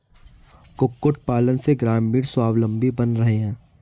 कुक्कुट पालन से ग्रामीण स्वाबलम्बी बन रहे हैं